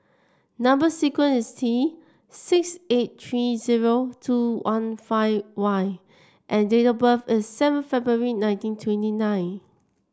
number sequence is T six eight three zero two one five Y and date of birth is seven February nineteen twenty nine